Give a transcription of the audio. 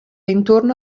intorno